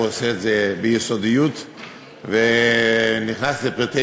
הוא עושה את זה ביסודיות ונכנס לפרטי